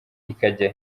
ikajya